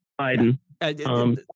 Biden